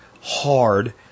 hard